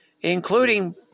including